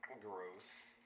Gross